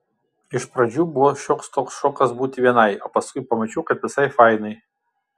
iš pradžių buvo šioks toks šokas būti vienai o paskui pamačiau kad visai fainai